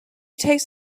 takes